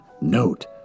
note